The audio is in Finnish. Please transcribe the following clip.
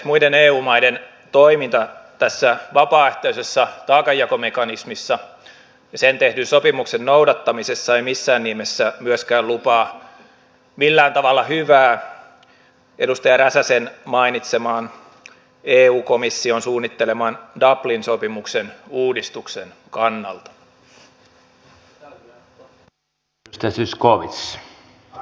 muiden eu maiden toiminta tässä vapaaehtoisessa taakanjakomekanismissa ja sen tehdyn sopimuksen noudattamisessa ei missään nimessä myöskään lupaa millään tavalla hyvää edustaja räsäsen mainitseman eu komission suunnitteleman dublin sopimuksen uudistuksen kannalta